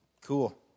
Cool